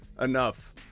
enough